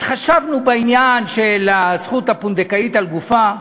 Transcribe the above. התחשבנו בעניין של זכות הפונדקאית על גופה.